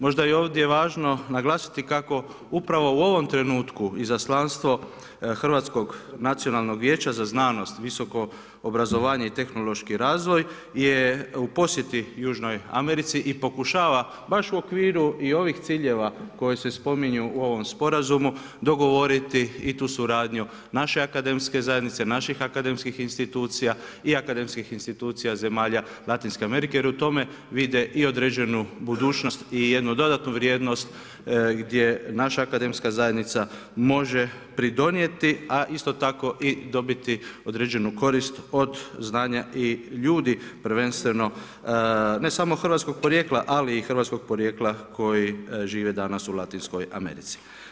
Možda je ovdje važno naglasiti kako upravo u ovom trenutku, izaslanstvo hrvatskog nacionalnog vijeća za znanost, visoko obrazovanje i tehnološki razvoj je u posjeti Južnoj Americi i pokušava baš u okviru i ovih ciljeva koji se spominju u ovom sporazumu, dogovoriti i tu suradnju naše akademske zajednice, naših akademskih institucija i akademskih institucija zemalja Latinske Amerike, jer u tome vide i određenu budućnost i jednu dodatnu vrijednost, gdje naša akademska zajednica, može pridonijeti, a isto tako i dobiti određenu korist od znanja i ljudi, prvenstveno ne samo hrvatskog porijekla, ali i hrvatskog poprijeka koji žive danas u Latinskoj Americi.